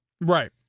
Right